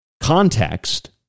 context